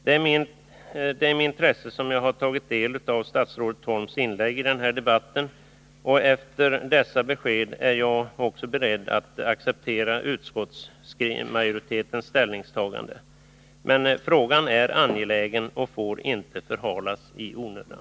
Det är med intresse jag tagit del av statsrådet Holms inlägg i denna debatt, och efter dessa besked är jag beredd att acceptera utskottsmajoritetens ställningstagande. Men frågan är angelägen och får inte förhalas i onödan.